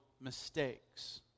mistakes